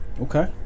okay